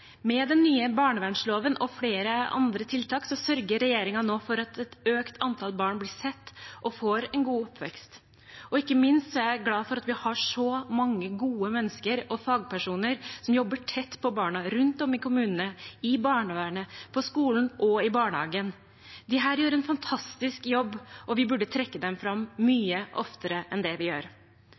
Med den nye barnevernloven og flere andre tiltak sørger regjeringen nå for at et økt antall barn blir sett og får en god oppvekst. Ikke minst er jeg glad for at vi har så mange gode mennesker og fagpersoner som jobber tett på barna rundt om i kommunene – i barnevernet, på skolen og i barnehagen. De gjør en fantastisk jobb, og vi burde trekke dem fram mye oftere enn det vi gjør.